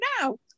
now